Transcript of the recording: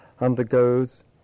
undergoes